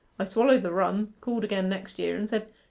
i swallered the rum, called again next year, and said,